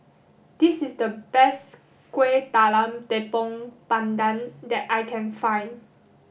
this is the best Kueh Talam Tepong Pandan that I can find